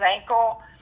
ankle